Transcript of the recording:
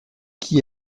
qui